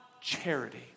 charity